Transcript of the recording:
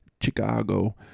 Chicago